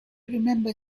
remember